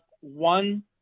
one